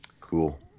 Cool